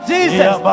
Jesus